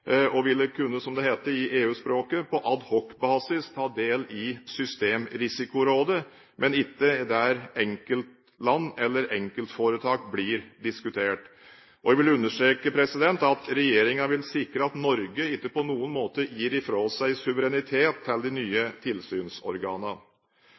og vil på adhocbasis – som det heter på EU-språket – kunne ta del i systemrisikorådet, men ikke der enkeltland eller enkeltforetak blir diskutert. Jeg vil understreke at regjeringen vil sikre at Norge ikke på noen måte gir fra seg suverenitet til